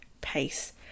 pace